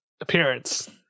appearance